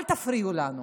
אל תפריעו לנו,